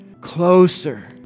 closer